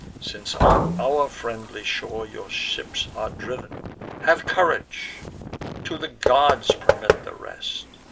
since on our friendly shore your ships are driv'n have courage to the gods permit the rest,